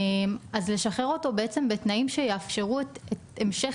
אז לשחרר אותו בתנאים שיאפשרו את המשך